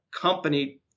company